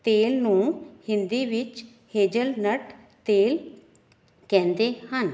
ਤੇਲ ਨੂੰ ਹਿੰਦੀ ਵਿੱਚ ਹੇਜਲਨਟ ਤੇਲ ਕਹਿੰਦੇ ਹਨ